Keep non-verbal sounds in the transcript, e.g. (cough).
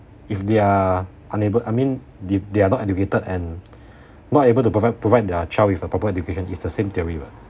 if they are unable I mean if they are not educated and (breath) not able to provide provide their child with a proper education is the same theory [what]